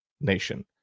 nation